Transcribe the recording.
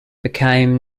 became